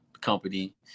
company